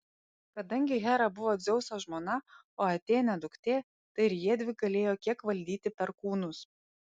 kadangi hera buvo dzeuso žmona o atėnė duktė tai ir jiedvi galėjo kiek valdyti perkūnus